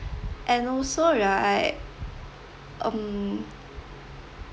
and also right um